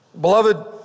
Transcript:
Beloved